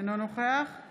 אינו נוכח יעקב